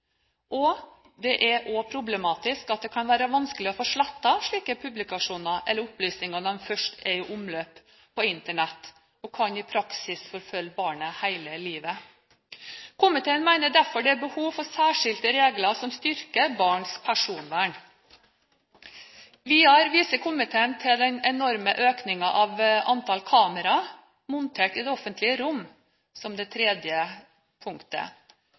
Det er også problematisk at det kan være vanskelig å få slettet slike publikasjoner eller opplysninger når de først er i omløp på Internett, og de kan i praksis forfølge barnet hele livet. Komiteen mener derfor det er behov for særskilte regler som styrker barns personvern. Videre viser komiteen til den enorme økningen av antall kamera montert i det offentlige rom som det tredje punktet.